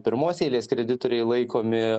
pirmos eilės kreditoriai laikomi